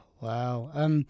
Wow